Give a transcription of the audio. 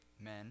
men